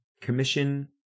commission